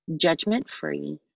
judgment-free